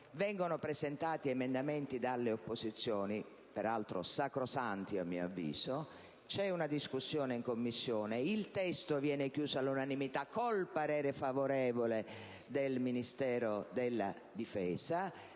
vengono presentati emendamenti dalle opposizioni, peraltro sacrosanti a mio avviso, c'è una discussione in Commissione e il testo viene chiuso all'unanimità con il parere favorevole del Ministero della difesa;